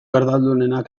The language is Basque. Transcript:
erdaldunenak